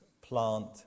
plant